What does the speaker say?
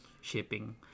shipping